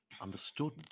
understood